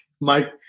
Mike